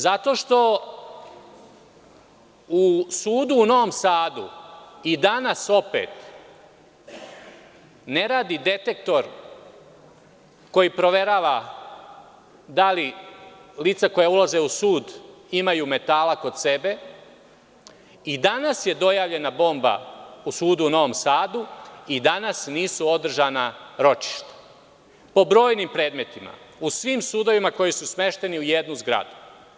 Zato što u sudu u Novom Sadu i danas opet ne radi detektor koji proverava da li lica koja ulaze u sud imaju metala kod sebe, i danas je dojavljena bomba u sudu u Novom Sadu i danas nisu održana ročišta po brojnim predmetima, u svim sudovima koji su smešteni u jednu zgradu.